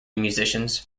musicians